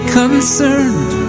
concerned